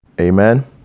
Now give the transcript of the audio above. amen